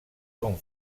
són